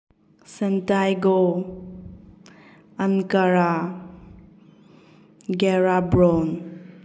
Santiago ꯑꯟꯀꯥꯔꯥ ꯒꯦꯔꯥꯕ꯭ꯔꯣꯟ